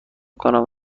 کنم